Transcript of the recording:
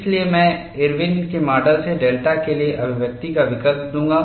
इसलिए मैं इरविनIrwin's के माडल से डेल्टा के लिए अभिव्यक्ति का विकल्प दूंगा